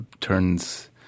turns